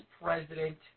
president